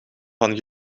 van